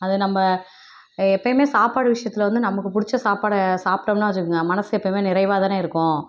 அது நம்ம எப்பவுமே சாப்பாடு விஷயத்தில் வந்து நமக்கு பிடிச்ச சாப்பாடை சாப்டோம்னா வச்சிக்கோங்க மனசு எப்பையுமே நிறைவாகதானே இருக்கும்